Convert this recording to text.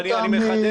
לא אני,